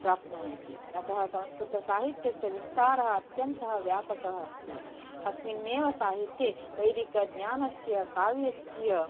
प्राप्नुवन्ति अतः संस्कृतसाहित्यस्य विस्तारः अत्यन्तः व्यापकः अस्ति अस्मिन्नेव साहित्ये वैदिकज्ञानस्य काव्यस्य